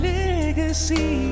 legacy